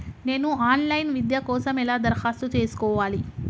నేను online విద్య కోసం ఎలా దరఖాస్తు చేసుకోవాలి?